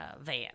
van